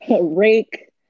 rake